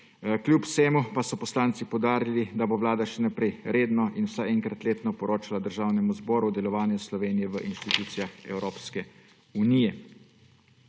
Kljub vsemu pa so poslanci poudarili, da bo Vlada še naprej redno in vsaj enkrat letno poročala Državnemu zboru o delovanju Slovenije v institucijah Evropske unije.